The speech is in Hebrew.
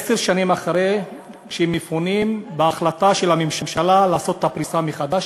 עשר שנים אחרי שמפונים בהחלטה של הממשלה לעשות את הפריסה מחדש,